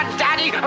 daddy